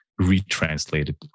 Retranslated